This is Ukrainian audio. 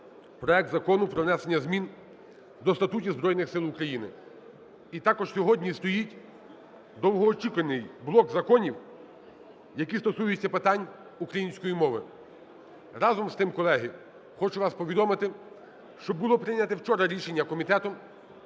проект Закону про внесення змін до статутів Збройних Сил України. І також сьогодні стоїть довгоочікуваний блок законів, які стосуються питань української мови. Разом з тим, колеги, хочу вам повідомити, що було прийняте вчора рішення комітетом